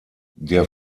der